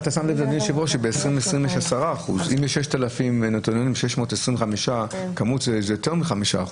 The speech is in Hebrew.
שב-2020 יש 10%. אם מ-6,000 נוטריונים יש 625 זה יותר מ-5%.